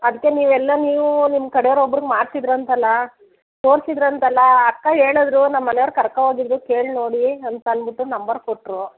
ಅದಕ್ಕೆ ನೀವು ಎಲ್ಲೋ ನೀವು ನಿಮ್ಮ ಕಡೆವ್ರೊಬ್ರಗೆ ಮಾಡಿಸಿದ್ರಂತಲ್ಲ ತೋರಿಸಿದ್ರಂತಲ್ಲ ಅಕ್ಕ ಹೇಳದ್ರು ನಮ್ಮ ಮನೆಯವ್ರು ಕರ್ಕೊ ಹೋಗಿದ್ರು ಕೇಳಿ ನೋಡಿ ಅಂತ ಅನ್ಬಿಟ್ಟು ನಂಬರ್ ಕೊಟ್ಟರು